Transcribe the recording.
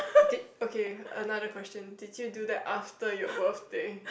did okay another question did you do that after your birthday